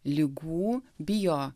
ligų bijo